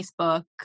Facebook